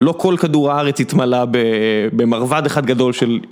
לא כל כדור הארץ יתמלא במרבד אחד גדול של...